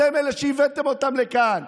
אתם אלה שהבאתם אותם לכאן.